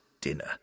dinner